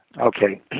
Okay